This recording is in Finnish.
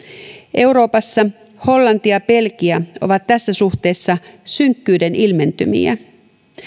euroopassa hollanti ja belgia ovat tässä suhteessa synkkyyden ilmentymiä